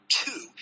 two